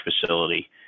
facility